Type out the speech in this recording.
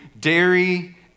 dairy